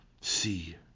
see